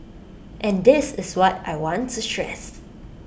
and this is what I want to